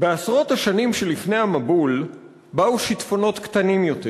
"בעשרות השנים שלפני המבול / באו שיטפונות קטנים יותר.